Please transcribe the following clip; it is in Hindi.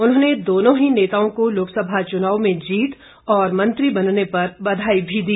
उन्होंने दोनों ही नेताओं को लोकसभा चुनाव में जीत और मंत्री बनने पर बधाई भी दी